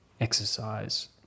Exercise